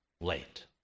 late